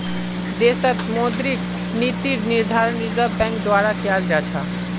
देशत मौद्रिक नीतिर निर्धारण रिज़र्व बैंक द्वारा कियाल जा छ